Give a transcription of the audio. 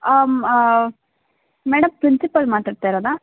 madam principal ಮಾತಾಡ್ತಾ ಇರೋದಾ